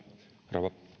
rouva